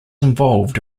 involved